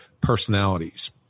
personalities